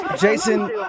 Jason